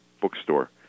bookstore